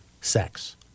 sex